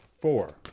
four